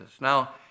Now